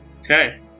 Okay